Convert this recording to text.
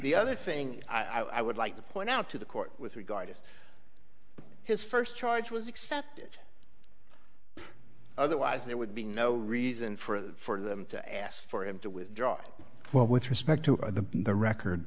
the other thing i would like to point out to the court with regard to his first charge was accepted otherwise there would be no reason for them to ask for him to withdraw it what with respect to the record